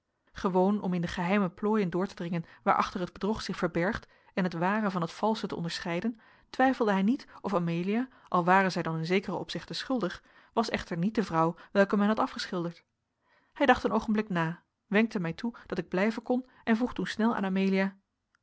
gewoon om in de geheime plooien door te dringen waarachter het bedrog zich verbergt en het ware van het valsche te onderscheiden twijfelde hij niet of amelia al ware zij dan in zekere opzichten schuldig was echter niet de vrouw welke men had afgeschilderd hij dacht een oogenblik na wenkte mij toe dat ik blijven kon en vroeg toen snel aan amelia